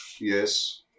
Yes